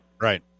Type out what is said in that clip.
Right